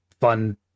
fun